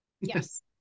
Yes